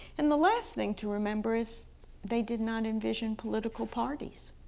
and the last thing to remember is they did not envision political parties.